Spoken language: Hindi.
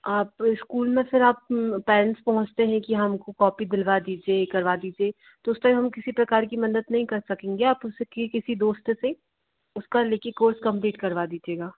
आप स्कूल में फिर आप पैरेंट्स पहुँचते है की हमको कॉपी दिलवा दीजिए यह करवा दीजिए तो उस टाइम हम किसी प्रकार की मदद नहीं कर सकेंगे आप उसकी किसी दोस्त से उसका लेकर कोर्स कम्प्लीट करवा दीजिएगा